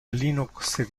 linux